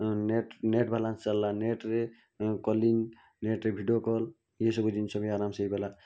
net net balance ଚାଲିଲା net ରେ calling net ରେ ଭିଡ଼ିଓ କଲ୍ ଏସବୁ ଜିନିଷ ବି ଆରାମସେ ହେଇଗଲା